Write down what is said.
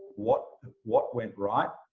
what what went right,